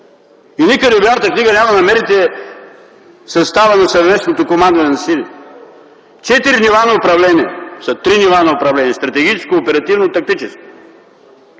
и никъде в Бялата книга няма да намерите състава на съвместното командване на силите. Четири нива на управление са три нива на управление: стратегическо, оперативно, тактическо.